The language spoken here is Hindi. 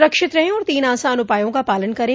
सुरक्षित रहें और तीन आसान उपायों का पालन करें